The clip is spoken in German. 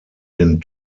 den